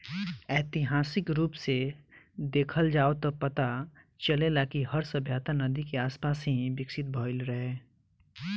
ऐतिहासिक रूप से देखल जाव त पता चलेला कि हर सभ्यता नदी के आसपास ही विकसित भईल रहे